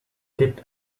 gibt